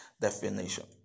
definition